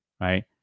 right